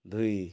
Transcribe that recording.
ଦୁଇ